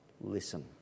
Listen